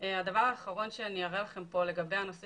הדבר האחרון שאני אראה לכם פה לגבי נושא